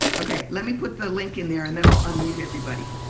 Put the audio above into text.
ok. let me put the link in there and then i'll mute everybody.